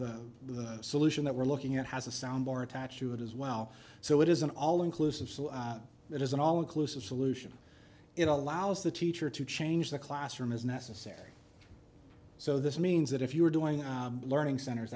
audio solution that we're looking at has a sound bar attached to it as well so it is an all inclusive so it is an all inclusive solution it allows the teacher to change the classroom is necessary so this means that if you are doing a learning center